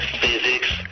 physics